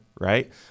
right